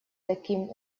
таким